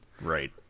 Right